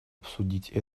обсудить